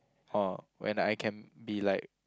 orh when I can be like